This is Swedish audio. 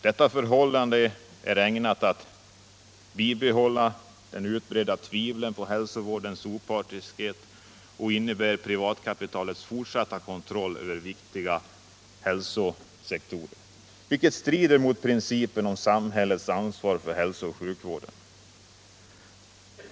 Detta förhållande är ägnat att bibehålla det utbredda tvivlet på företagshälsovårdens opartiskhet, och det innebär privatkapitalets fortsatta kontroll över en viktig hälsosektor, vilket strider mot principen om samhällets ansvar för hälsooch sjukvården.